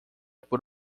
por